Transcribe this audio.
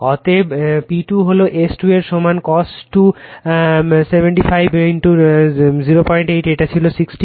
অতএব P 2 হল S 2 এর সমান cos 2 75 08 এটি ছিল 60KW